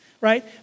right